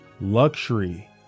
Luxury